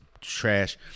trash